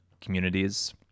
communities